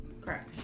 Correct